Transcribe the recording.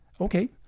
okay